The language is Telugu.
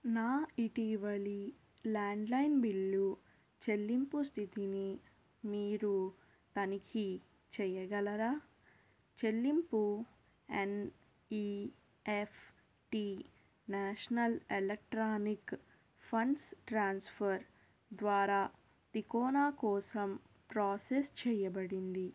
నా ఇటీవలి ల్యాండ్లైన్ బిల్లు చెల్లింపు స్థితిని మీరు తనిఖీ చెయ్యగలరా చెల్లింపు N E F T national electronic funds transfer ద్వారా తికోనా కోసం ప్రాసెస్ చెయ్యబడింది